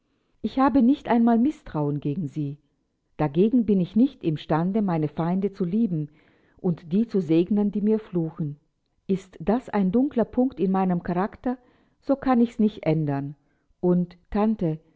ich habe nicht einmal mißtrauen gegen sie dagegen bin ich nicht im stande meine feinde zu lieben und die zu segnen die mir fluchen ist das ein dunkler punkt in meinem charakter so kann ich's nicht ändern und tante